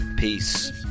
Peace